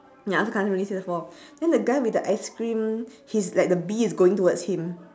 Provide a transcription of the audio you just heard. ya I also can't really see the four then the guy with the ice-cream he's like the bee is going towards him